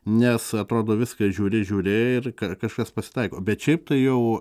nes atrodo viską žiūri žiūri ir ką kažkas pasitaiko bet šiaip tai jau